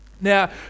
Now